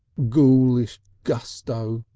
gowlish gusto,